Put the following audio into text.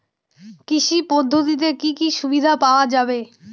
কৃষি পদ্ধতিতে কি কি সুবিধা পাওয়া যাবে?